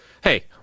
hey